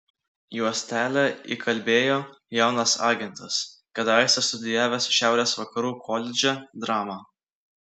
juostelę įkalbėjo jaunas agentas kadaise studijavęs šiaurės vakarų koledže dramą